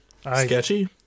sketchy